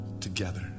together